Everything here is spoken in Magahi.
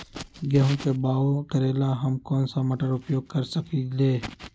गेंहू के बाओ करेला हम कौन सा मोटर उपयोग कर सकींले?